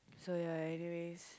so ya anyways